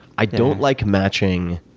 i don't like matching